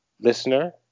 listener